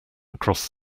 across